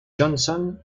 johnson